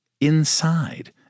inside